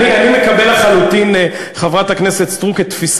תודה, חברת הכנסת זנדברג.